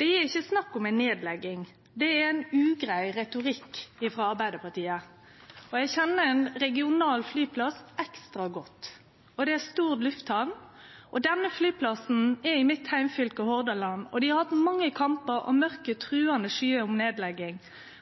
Det er ikkje snakk om ei nedlegging – det er ein ugrei retorikk frå Arbeidarpartiet. Eg kjenner ein regional flyplass ekstra godt – det er Stord lufthamn. Denne flyplassen er i mitt heimfylke, Hordaland. Dei har hatt mange kampar, og mørke, truande skyer om nedlegging.